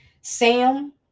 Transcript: Sam